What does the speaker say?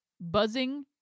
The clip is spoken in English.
buzzing